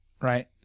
Right